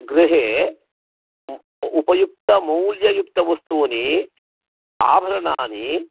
गृहे उ उपयुक्तमौल्ययुक्तवस्तूनि आभरणानि